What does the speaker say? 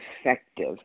effective